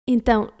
Então